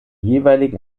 jeweiligen